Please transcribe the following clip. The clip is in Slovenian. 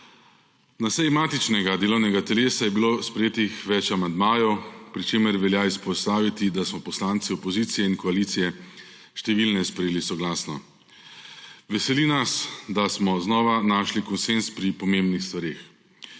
Na seji matičnega delovnega telesa je bilo sprejetih več amandmajev, pri čemer velja izpostaviti, da smo poslanci opozicije in koalicije številne sprejeli soglasno. Veseli nas, da smo znova našli konsenz pri pomembnih stvareh.